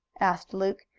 asked luke,